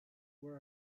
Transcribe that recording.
what